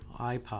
iPod